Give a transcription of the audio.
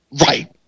Right